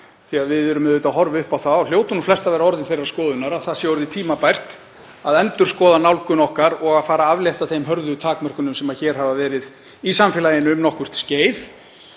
því að við horfum auðvitað upp það og hljótum flest að vera orðin þeirrar skoðunar að það sé orðið tímabært að endurskoða nálgun okkar og fara að aflétta þeim hörðu takmörkunum sem hafa verið í samfélaginu um nokkurt skeið.